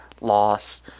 loss